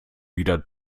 wieder